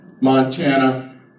Montana